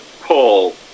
Paul